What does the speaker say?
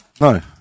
No